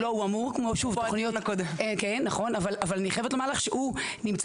אבל אני חייבת לומר לך שהוא נמצא,